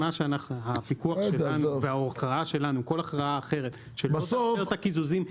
הוויכוח שלנו והכרעה שלנו --- כל הכרעה אחרת של תוכניות הקיזוזים,